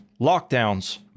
Lockdowns